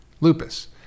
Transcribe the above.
lupus